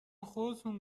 خودتون